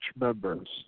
members